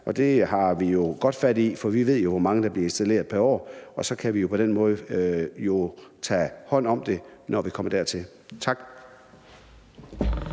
Det har vi jo godt fat i, for vi ved jo, hvor mange der bliver installeret pr. år, og så kan vi på den måde tage hånd om det, når vi kommer dertil. Tak.